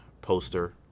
poster